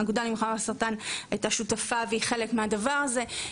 האגודה למלחמה בסרטן הייתה שותפה להקמה והיא חלק מהדבר הזה,